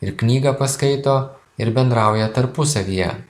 ir knygą paskaito ir bendrauja tarpusavyje